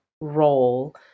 role